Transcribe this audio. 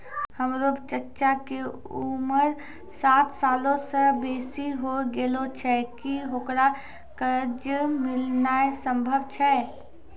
हमरो चच्चा के उमर साठ सालो से बेसी होय गेलो छै, कि ओकरा कर्जा मिलनाय सम्भव छै?